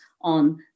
on